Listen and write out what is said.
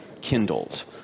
kindled